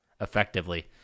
Effectively